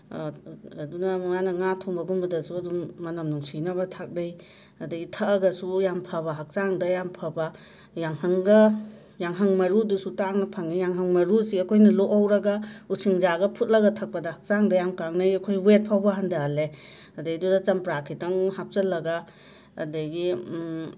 ꯑꯗꯨꯅ ꯃꯥꯅ ꯉꯥꯊꯣꯡꯕꯒꯨꯃꯗꯁꯨ ꯑꯗꯨꯝ ꯃꯅꯝ ꯅꯨꯡꯁꯤꯅꯕ ꯊꯥꯛꯅꯩ ꯑꯗꯩ ꯊꯛꯑꯒꯁꯨ ꯌꯥꯝ ꯐꯕ ꯍꯛꯆꯥꯡꯗ ꯌꯥꯝ ꯐꯕ ꯌꯥꯢꯉꯪꯒ ꯌꯥꯢꯉꯪ ꯃꯔꯨꯗꯨꯁꯨ ꯇꯥꯡꯅ ꯐꯪꯉꯦ ꯌꯥꯢꯉꯪ ꯃꯔꯨꯁꯤ ꯑꯈꯣꯏꯅ ꯂꯣꯛꯍꯧꯔꯒ ꯎꯁꯤꯡꯖꯥꯒ ꯐꯨꯠꯂꯒ ꯊꯛꯄꯗ ꯍꯛꯆꯥꯡꯗ ꯌꯥꯝ ꯀꯥꯅꯩ ꯑꯩꯈꯣꯏ ꯋꯦꯠ ꯐꯧꯕ ꯍꯟꯊꯍꯜꯂꯦ ꯑꯗꯩꯗꯨꯗ ꯆꯝꯄ꯭ꯔꯥ ꯈꯤꯇꯪ ꯍꯥꯞꯆꯜꯂꯒ ꯑꯗꯒꯤ